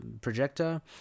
projector